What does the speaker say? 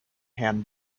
hand